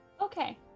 Okay